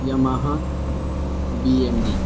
Yamaha B M D